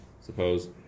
suppose